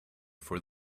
for